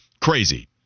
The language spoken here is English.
crazy